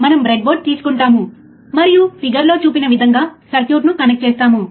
మొదటి దశ చిత్రంలో చూపిన విధంగా సర్క్యూట్ను కనెక్ట్ చేయాలి